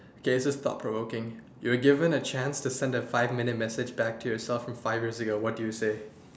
okay this is thought provoking you're given a chance to send a five minutes message back to yourself from five years ago what do you say